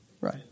Right